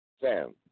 Sam